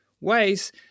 ways